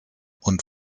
und